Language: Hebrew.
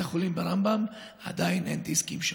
החולים ברמב"ם עדיין אין דיסקים שם.